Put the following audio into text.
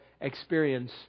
experience